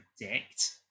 predict